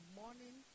morning